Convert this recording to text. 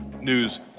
news